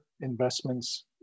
investments